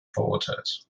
verurteilt